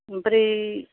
ओमफ्राय